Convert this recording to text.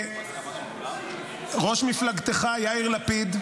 וראש מפלגתך יאיר לפיד,